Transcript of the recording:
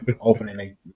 opening